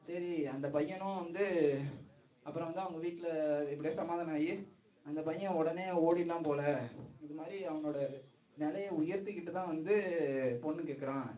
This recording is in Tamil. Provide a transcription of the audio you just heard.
சரி அந்த பையனும் வந்து அப்புறோம் வந்து அவங்க வீட்டில் எப்படியோ சமாதானம் ஆயி அந்த பையன் உடனே ஓடி எல்லாம் போகல இதுமாதிரி அவனோட நிலய உயர்த்திக்கிட்டு தான் வந்து பொண்ணு கேட்குறான்